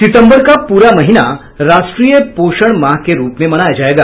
सितम्बर का पूरा महीना राष्ट्रीय पोषण माह के रूप में मनाया जाएगा